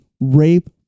rape